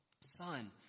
Son